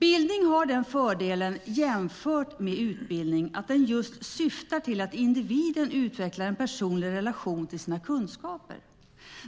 Bildning har den fördelen jämfört med utbildning att den just syftar till att individen utvecklar en personlig relation till sina kunskaper.